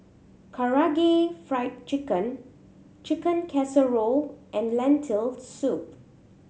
Karaage Fried Chicken Chicken Casserole and Lentil Soup